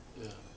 ya